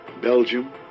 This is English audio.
Belgium